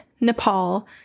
Nepal